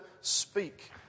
speak